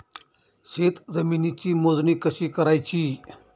शेत जमिनीची मोजणी कशी करायची?